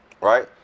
Right